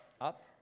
Up